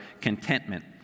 contentment